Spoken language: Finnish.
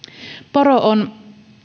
poro on